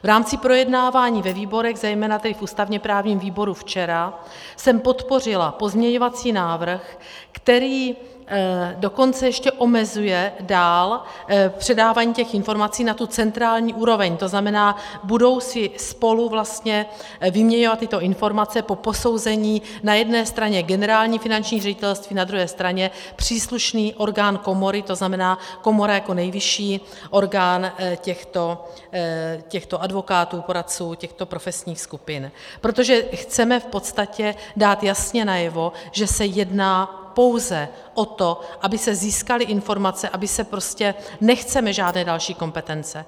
V rámci projednávání ve výborech, zejména tedy v ústavněprávním výboru včera, jsem podpořila pozměňovací návrh, který dokonce ještě omezuje dál předávání informací na centrální úroveň, to znamená, budou si spolu vlastně vyměňovat tyto informace po posouzení na jedné straně Generální finanční ředitelství, na druhé straně příslušný orgán komory, to znamená komora jako nejvyšší orgán těchto advokátů, poradců, těchto profesních skupin, protože chceme v podstatě dát jasně najevo, že se jedná pouze o to, aby se získaly informace, a my prostě nechceme žádné další kompetence.